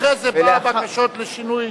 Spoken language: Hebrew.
אחרי זה באו בקשות לשינוי.